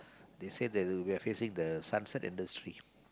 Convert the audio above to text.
they say that we are facing the sunset industry